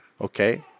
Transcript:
Okay